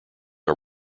are